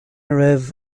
raibh